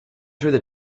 through